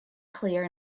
clear